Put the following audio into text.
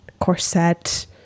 corset